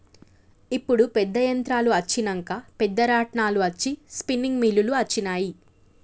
ఇప్పుడు పెద్ద యంత్రాలు అచ్చినంక పెద్ద రాట్నాలు అచ్చి స్పిన్నింగ్ మిల్లులు అచ్చినాయి